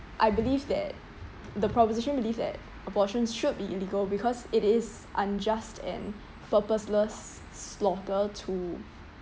I believe that the proposition believe that abortions should be illegal because it is unjust and purposeless slaughter to